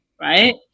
right